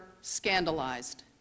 scandalized